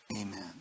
Amen